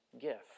gift